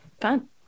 Fun